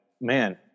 man